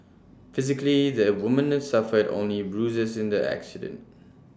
physically the woman suffered only bruises in the accident